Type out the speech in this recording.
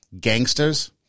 gangsters